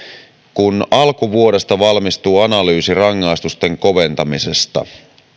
alkuvuodesta valmistuu analyysi rangaistusten koventamisesta